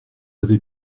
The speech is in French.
avait